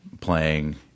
playing